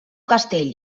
castell